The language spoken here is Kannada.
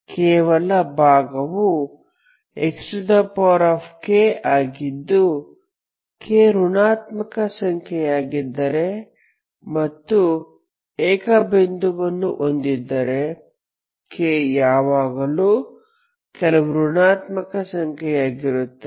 ಕೇವಲ ಭಾಗವು xk ಆಗಿದ್ದು k ಋಣಾತ್ಮಕ ಸಂಖ್ಯೆಯಾಗಿದ್ದರೆ ಮತ್ತು ಏಕ ಬಿಂದುವನ್ನು ಹೊಂದಿದ್ದರೆ k ಯಾವಾಗಲೂ ಕೆಲವು ಋಣಾತ್ಮಕ ಸಂಖ್ಯೆಯಾಗಿರುತ್ತದೆ